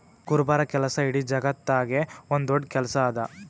ಕುರುಬರ ಕೆಲಸ ಇಡೀ ಜಗತ್ತದಾಗೆ ಒಂದ್ ದೊಡ್ಡ ಕೆಲಸಾ ಅದಾ